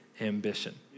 ambition